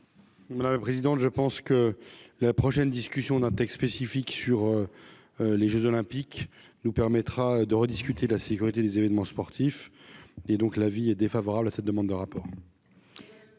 Voilà, président de je pense que la prochaine discussion d'un texte spécifique sur les Jeux olympiques nous permettra de rediscuter la sécurité des événements sportifs et donc l'avis est défavorable à cette demande de rapport.